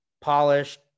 polished